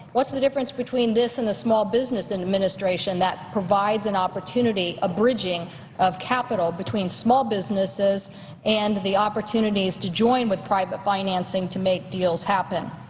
what's the difference between and the small business and administration that provides an opportunity, a bridging of capital between small businesses and the opportunities to join with private financing to make deals happen.